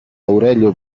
aurelio